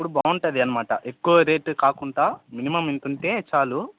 ఇప్పుడు బావుంటుంది అన్నమాట ఎక్కువ రేట్ కాకుండా మినిమమ్ ఇంత ఉంటే చాలు